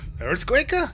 earthquake